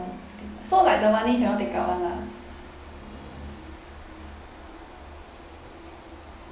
so like the money cannot take out one lah